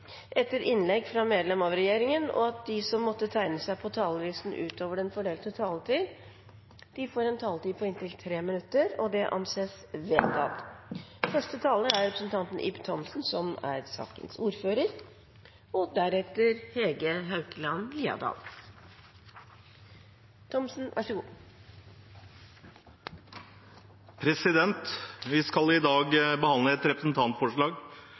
etter innlegg fra medlem av regjeringen, og at de som måtte tegne seg på talerlisten utover den fordelte taletid, får en taletid på inntil 3 minutter. – Dette anses vedtatt. Vi skal i dag behandle et representantforslag